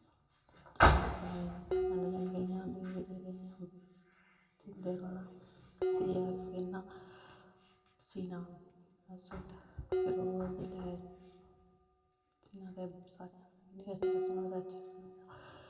ते कन्नै इ'यां होंदी ही एह्दी जानि सींदे रौह्ना सियै फिर ना सीना सूट फिर ओह् जेल्लै सारे आक्खना अच्छा सनोऐ तां अच्छा सनोऐ